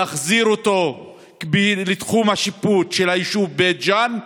להחזיר אותו לתחום השיפוט של היישוב בית ג'ן,